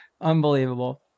Unbelievable